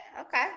Okay